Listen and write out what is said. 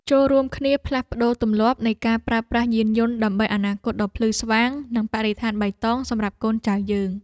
ចូររួមគ្នាផ្លាស់ប្តូរទម្លាប់នៃការប្រើប្រាស់យានយន្តដើម្បីអនាគតដ៏ភ្លឺស្វាងនិងបរិស្ថានបៃតងសម្រាប់កូនចៅយើង។